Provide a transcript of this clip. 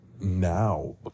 Now